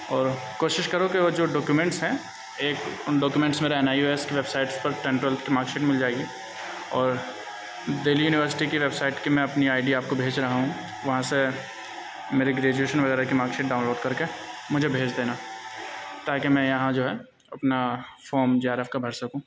اور کوشش کرو کہ وہ جو ڈاکیومینٹس ہیں ایک ان ڈاکیومینٹس میرا این آئی او ایس کی ویبسائٹس پر ٹین ٹویلتھ کی مارکشیٹ مل جائے گی اور دہلی یونیورسٹی کی ویبسائٹ کی میں اپنی آئی ڈی آپ کو بھیج رہا ہوں وہاں سے میری گریجویشن وغیرہ کی مارکشیٹ ڈاؤنلوڈ کر کے مجھے بھیج دینا تاکہ میں یہاں جو ہے اپنا فام جے آر ایف کا بھر سکوں